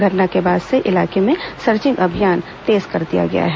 घटना के बाद से इलाके में सर्चिंग अभियान तेज कर दिया गया है